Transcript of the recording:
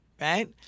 right